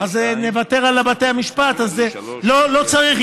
אז נוותר על בתי משפט, אז לא צריך.